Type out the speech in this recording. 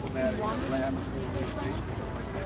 and wandered into this place by accident.